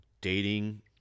dating